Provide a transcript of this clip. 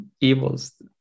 evils